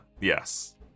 Yes